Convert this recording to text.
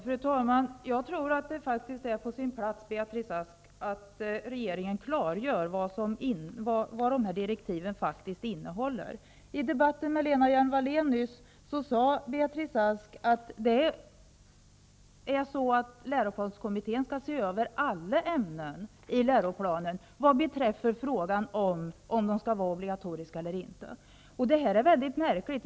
Fru talman! Jag tror att det är på sin plats att regeringen klargör vad de här direktiven faktiskt innehåller. I debatten med Lena Hjelm-Wallén nyss sade Beatrice Ask att läroplanskommittén skall se över alla ämnen i läroplanen vad beträffar frågan om de skall vara obligatoriska eller inte. Detta är mycket märkligt.